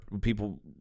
people